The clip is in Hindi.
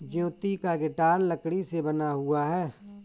ज्योति का गिटार लकड़ी से बना हुआ है